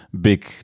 big